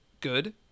good